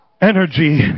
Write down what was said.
energy